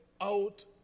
out